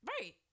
Right